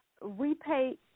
repay